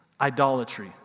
idolatry